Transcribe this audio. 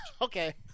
Okay